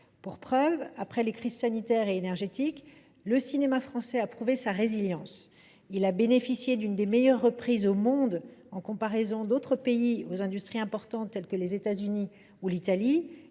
création. Après les crises sanitaires et énergétiques, le cinéma français a prouvé sa résilience : il a bénéficié d’une des meilleures reprises au monde, en comparaison d’autres pays dans lesquels cette industrie est importante, tels que les États Unis ou l’Italie.